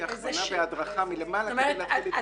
הכוונה והדרכה מלמעלה כדי להתחיל להתקדם.